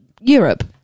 Europe